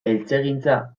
eltzegintza